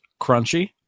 crunchy